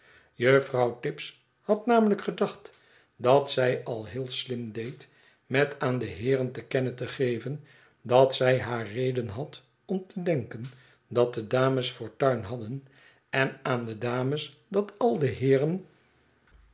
juffrouw tibbs had namelijk gedacht dat zij al heel slim deed met aan de heeren te kennen te geven dat zij haarreden had om te denken dat de dames fortuln hadden en aan de dames dat al de heeren